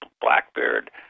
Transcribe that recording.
Blackbeard